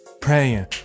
Praying